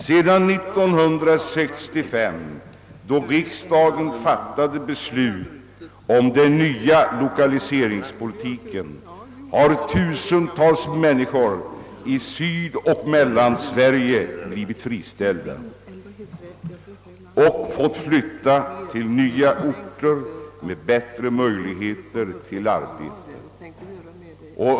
Sedan 1965, då riksdagen fattade beslut om den nya lokaliseringspolitiken, har tusentals människor i Sydoch Mellansverige friställts och varit tvungna att flytta till andra orter med bättre arbetsmöjligheter.